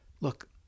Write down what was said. look